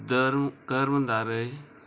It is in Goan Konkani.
धर्म कर्मदार